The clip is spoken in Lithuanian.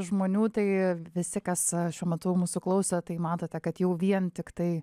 žmonių tai visi kas šiuo metu mūsų klausė tai matote kad jau vien tiktai